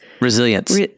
Resilience